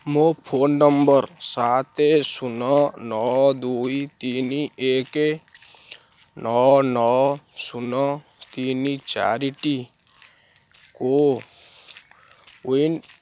ମୋ phone number ସାତ ଶୂନ ନଅ ଦୁଇ ତିନି ଏକ ନଅ ନଅ ଶୂନ ତିନି ଚାରିଟି କୋୱିନ୍